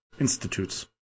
institutes